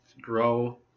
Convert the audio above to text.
grow